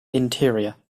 interior